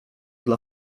dla